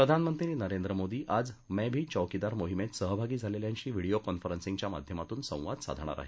प्रधानमंत्री नरेंद्र मोदी आज मै भी चौकीदार मोहीमेत सहभागी झालेल्यांशी व्हिडीओ कॉन्फरन्सिंगच्या माध्यमातून संवाद साधणार आहेत